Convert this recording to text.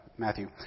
Matthew